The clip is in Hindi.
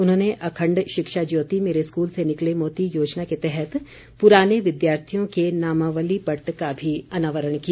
उनहोंने अखण्ड शिक्षा ज्योति मेरे स्कूल से निकले मोती योजना के तहत पुराने विद्यार्थियों के नामावली पट्ट का भी अनावरण किया